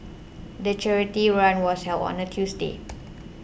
the charity run was held on a Tuesday